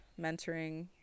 mentoring